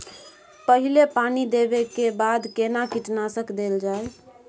पहिले पानी देबै के बाद केना कीटनासक देल जाय?